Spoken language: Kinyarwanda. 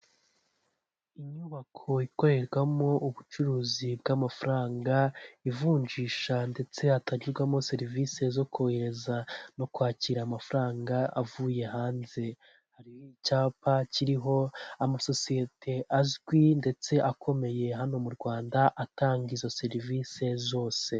Inyubako ikorerwamo ubucuruzi bw'amafaranga, ivunjisha ndetse hatangirwamo serivisi zo kohereza no kwakira amafaranga avuye hanze hari icyapa kiriho amasosiyete azwi ndetse akomeye hano mu Rwanda atanga izo serivise zose.